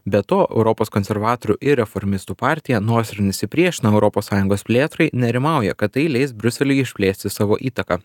be to europos konservatorių ir reformistų partija nors ir nesipriešina europos sąjungos plėtrai nerimauja kad tai leis briuseliui išplėsti savo įtaką